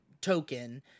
token